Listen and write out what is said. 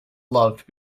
loved